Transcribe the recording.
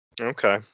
Okay